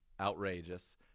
Outrageous